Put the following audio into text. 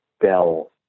bell